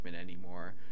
anymore